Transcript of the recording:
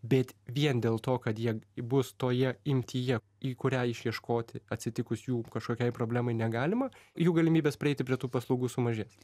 bet vien dėl to kad jie bus toje imtyje į kurią išieškoti atsitikus jų kažkokiai problemai negalima jų galimybės prieiti prie tų paslaugų sumažės